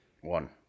one